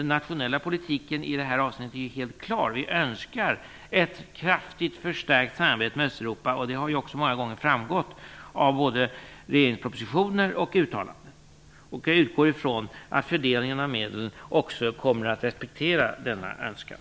Den nationella politiken i det här avseendet är ju helt klar. Vi önskar ett kraftigt förstärkt samarbete med Östeuropa. Det har ju också många gånger framgått av både regeringspropositioner och uttalanden. Jag utgår ifrån att man vid fördelningen av medlen också kommer att respektera denna önskan.